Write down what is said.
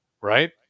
right